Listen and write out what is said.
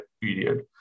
period